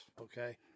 okay